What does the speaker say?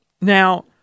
Now